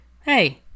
Hey